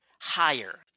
higher